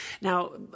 Now